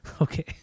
Okay